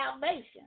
salvation